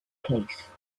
case